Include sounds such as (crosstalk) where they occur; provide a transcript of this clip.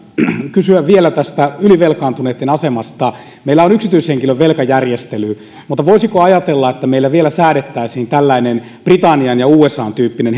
kysyä vielä tästä ylivelkaantuneitten asemasta meillä on yksityishenkilön velkajärjestely mutta voisiko ajatella että meillä vielä säädettäisiin tällainen britannian ja usan tyyppinen (unintelligible)